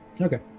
Okay